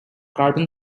carbon